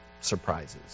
surprises